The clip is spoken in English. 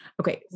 Okay